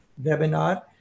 webinar